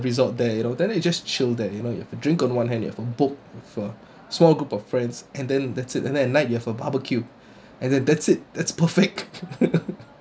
resort there you know then you just chill there you know if drink a martini from boat for small group of friends and then that's it and then at night you have a barbecue and that's it that's perfect